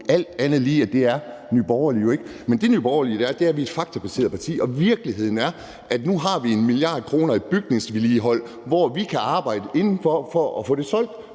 alt andet lige at Nye Borgerlige ikke er. Det, Nye Borgerlige er, er et faktabaseret parti. Og virkeligheden er, at nu har vi 1 mia. kr. til bygningsvedligehold og vi kan arbejde indefra for at få det solgt